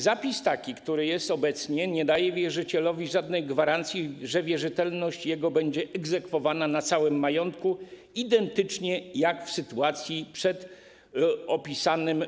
Zapis, który jest obecnie, nie daje wierzycielowi żadnej gwarancji tego, że jego wierzytelność będzie egzekwowana na całym majątku, identycznie jak w sytuacji przed opisanym.